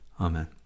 Amen